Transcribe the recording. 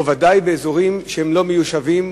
ובוודאי באזורים שהם לא מיושבים,